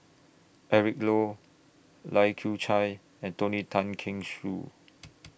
Eric Low Lai Kew Chai and Tony Tan Keng